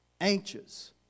anxious